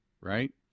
right